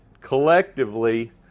collectively